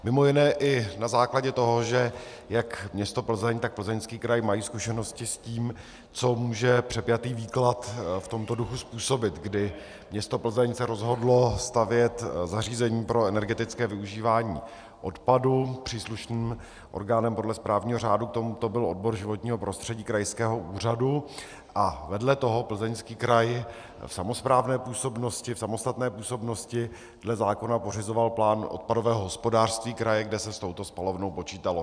Mimo jiné i na základě toho, že jak město Plzeň, tak Plzeňský kraj mají zkušenosti s tím, co může přepjatý výklad v tomto duchu způsobit, kdy město Plzeň se rozhodlo stavět zařízení pro energetické využívání odpadu, příslušným orgánem podle správního řádu k tomuto byl odbor životního prostředí krajského úřadu a vedle toho Plzeňský kraj v samosprávné působnosti, v samostatné působnosti dle zákona pořizoval plán odpadového hospodářství kraje, kde se s touto spalovnou počítalo.